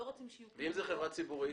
ואם זו חברה ציבורית?